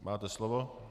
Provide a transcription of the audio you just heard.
Máte slovo.